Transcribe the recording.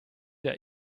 der